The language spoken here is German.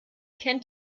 kennt